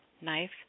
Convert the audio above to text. Knife